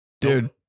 Dude